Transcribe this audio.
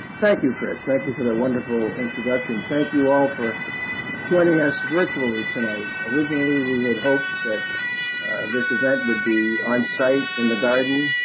you, chris. thank you for that wonderful introduction. thank you all for joining us virtually tonight. originally, we had hoped that this event would be on site in the garden,